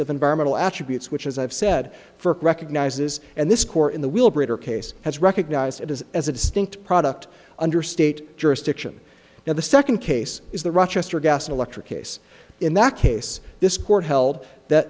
of environmental attributes which as i've said for recognizes and this core in the will break her case has recognized it is as a distinct product under state jurisdiction now the second case is the rochester gas electric case in that case this court held that